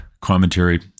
commentary